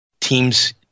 teams